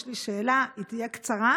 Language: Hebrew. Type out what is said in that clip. יש לי שאלה, והיא תהיה קצרה.